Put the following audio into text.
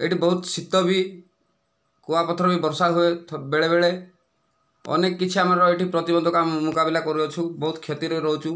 ଏଇଠି ବହୁତ ଶୀତ ବି କୂଆପଥର ବି ବର୍ଷା ହୁଏ ଥ ବେଳେବେଳେ ଅନେକ କିଛି ଆମର ଏଇଠି ପ୍ରତିବନ୍ଧକ ଆମ ମୁକାବିଲା କରୁଅଛୁ ବହୁତ କ୍ଷତିରେ ରହୁଛୁ